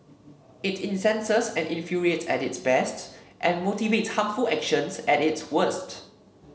it incenses and infuriates at its best and motivates harmful actions at its worst